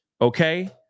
okay